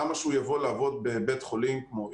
למה שהוא יבוא לעבוד בבית חולים כמו איכילוב,